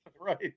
Right